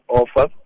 offer